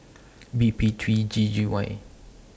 B P three G G Y